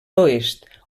oest